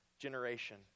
generation